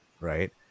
right